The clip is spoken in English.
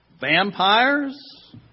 vampires